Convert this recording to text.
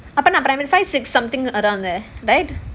அப்போ நம்ம:appo namma primary five six something around there right